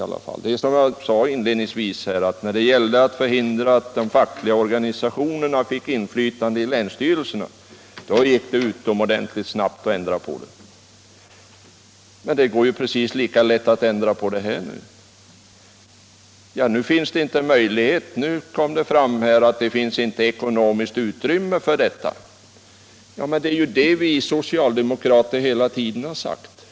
Det är som jag sade inledningsvis. När det gällde att förhindra att de fackliga organisationerna fick inflytande i länsstyrelserna gick det utomordentligt snabbt att genomföra en ändring. Det bör gå precis lika lätt i detta fall. Nu kom det fram att det inte finns ekonomiskt utrymme för att behålla flottiljen. Det är vad vi socialdemokrater hela tiden har sagt.